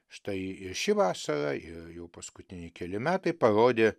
štai ir ši vasara ir jau paskutiniai keli metai parodė